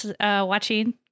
watching